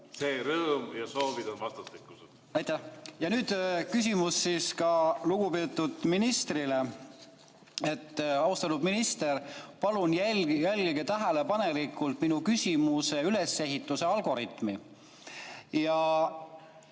See rõõm ja soovid on vastastikused. Aitäh! Ja nüüd küsimus lugupeetud ministrile. Austatud minister! Palun jälgige tähelepanelikult minu küsimuse ülesehituse algoritmi ja